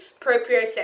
proprioception